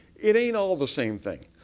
it ain't all the same thing,